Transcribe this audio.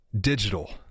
digital